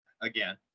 Again